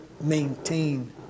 maintain